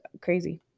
crazy